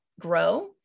grow